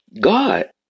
God